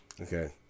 Okay